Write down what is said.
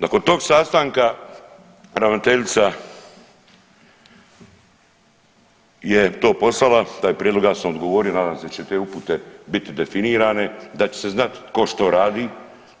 Nakon tog sastanka ravnateljica je to poslala taj prijedlog, ja sam odgovorio, nadam da će te upute biti definirane, da će se znat tko što radi,